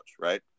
right